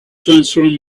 transform